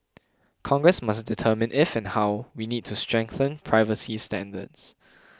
Congress must determine if and how we need to strengthen privacy standards